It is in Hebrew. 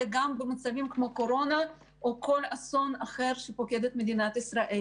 אלא גם במצבים כמו קורונה או כל אסון אחר שפוקד את מדינת ישראל,